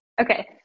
Okay